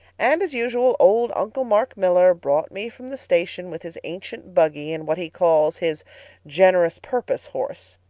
and as usual old uncle mark miller brought me from the station with his ancient buggy and what he calls his generous purpose horse.